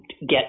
get